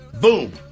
Boom